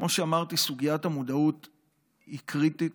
כמו שאמרתי, סוגיית המודעות היא קריטית,